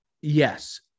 Yes